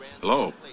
Hello